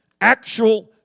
actual